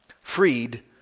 freed